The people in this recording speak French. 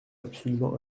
absolument